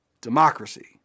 democracy